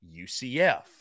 UCF